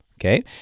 Okay